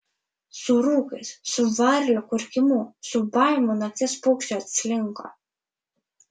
su rūkais su varlių kurkimu su ūbavimu nakties paukščio atslinko